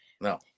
No